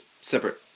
separate